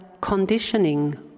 conditioning